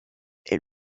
est